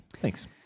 thanks